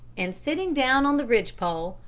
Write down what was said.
and, sitting down on the ridgepole,